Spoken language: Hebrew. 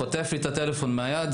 חוטף לי את הטלפון מהיד,